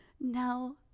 no